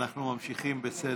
אנו ממשיכים בסדר-היום.